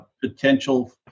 potential